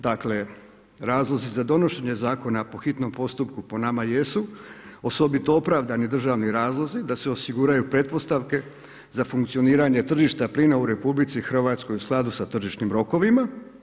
Dakle, razlozi za donošenje zakona po hitnom postupku, po nama jesu osobito opravdani državni razlozi, da se osiguraju pretpostavke, za funkcioniranje tržište plina u RH, u skladu sa tržišnim rokovima.